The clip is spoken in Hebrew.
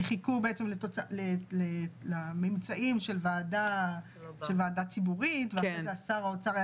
כי חיכו לממצאים של ועדה ציבורית ואחרי כן שר האוצר היה